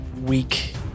weak